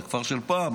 זה כפר של פעם,